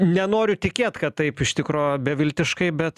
nenoriu tikėt kad taip iš tikro beviltiškai bet